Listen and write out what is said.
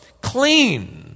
clean